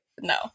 no